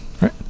right